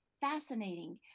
fascinating